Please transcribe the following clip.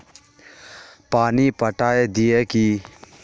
पानी पटाय दिये की?